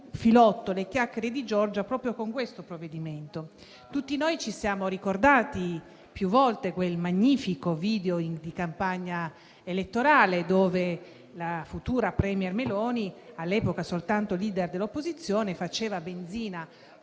filotto «Le chiacchiere di Giorgia» proprio con il provvedimento al nostro esame. Tutti ci siamo ricordati più volte quel magnifico video di campagna elettorale in cui la futura *premier* Meloni, all'epoca soltanto *leader* dell'opposizione, faceva benzina,